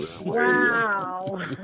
Wow